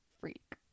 freak